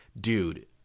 dude